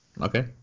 Okay